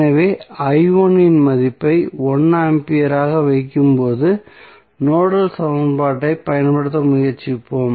எனவே இன் மதிப்பை 1 ஆம்பியராக வைக்கும் போது நோடல் சமன்பாட்டைப் பயன்படுத்த முயற்சிப்போம்